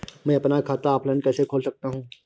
मैं अपना खाता ऑफलाइन कैसे खोल सकता हूँ?